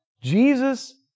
Jesus